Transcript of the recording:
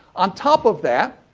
on top of that.